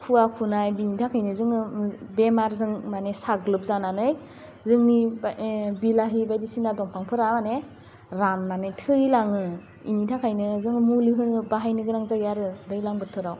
खुवा खुनाय बेनि थाखायनो जोङो बेमारजों माने साग्लोब जानानै जोंनि बिलाहि बायदिसिना दंफांफोरा माने रान्नानै थैलाङो इनि थाखायनो जों मुलि होनो बाहायनो गोनां जायो आरो दैलां बोथोराव